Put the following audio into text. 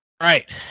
right